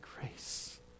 grace